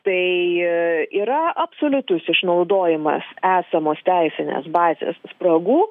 tai yra absoliutus išnaudojimas esamos teisinės bazės spragų